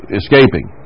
escaping